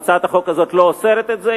הצעת החוק הזאת לא אוסרת את זה,